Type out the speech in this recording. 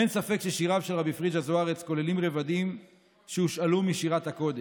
אין ספק ששיריו של רבי פריג'א זוארץ כוללים רבדים שהושאלו משירת הקודש,